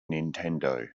nintendo